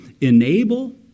enable